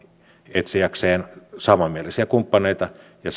etsiäkseen samanmielisiä kumppaneita ja